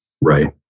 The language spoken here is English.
Right